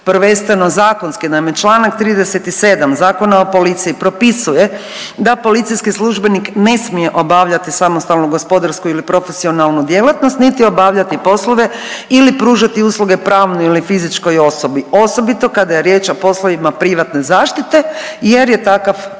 prvenstveno zakonski nam je čl. 37. Zakona o policiji propisuje da policijski službenik ne smije obavljati samostalnu gospodarsku ili profesionalnu djelatnost niti obavljati poslove ili pružati usluge pravnoj ili fizičkoj osobi, osobito kada je riječ o poslovima privatne zaštite jer je takav